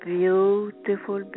beautiful